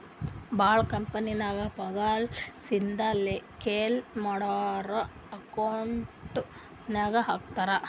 ಭಾಳ ಕಂಪನಿನಾಗ್ ಪಗಾರ್ ಸೀದಾ ಕೆಲ್ಸಾ ಮಾಡೋರ್ ಅಕೌಂಟ್ ನಾಗೆ ಹಾಕ್ತಾರ್